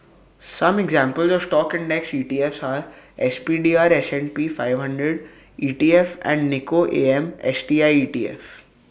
some examples of stock index E T F S are S P D R S and P five hundred E T F and Nikko A M S T I E T F